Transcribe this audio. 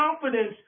confidence